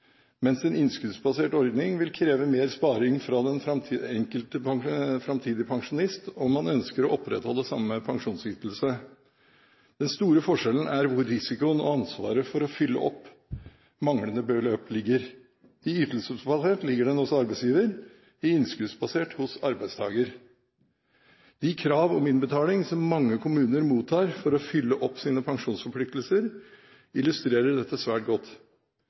mens en innskuddsbasert ordning vil kreve mer sparing fra den enkelte framtidige pensjonist om han ønsker å opprettholde samme pensjonsytelse. Den store forskjellen er hvor risikoen og ansvaret for å fylle opp manglende beløp ligger. I ytelsesbasert ligger den hos arbeidsgiver, i innskuddsbasert hos arbeidstager. De krav om innbetaling som mange kommuner mottar for å fylle opp sine pensjonsforpliktelser, illustrerer dette svært godt.